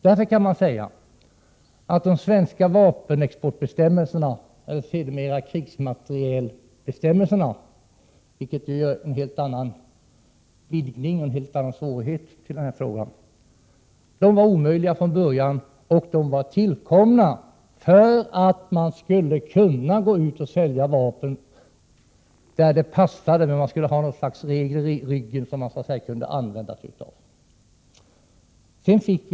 Därför kan man säga att de svenska vapenexportbestämmelserna — sedermera krigsmaterielbestämmelserna, vilket ju innebär en vidgning och medför helt andra svårigheter — var omöjliga från början och tillkomna för att man skulle kunna gå ut och sälja vapen där det passade. Man skulle bara ha något slags regler i ryggen som man kunde använda sig av.